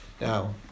Now